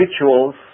rituals